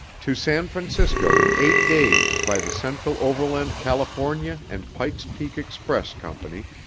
to san francisco in eight days by the central overland california and pike's peak express company.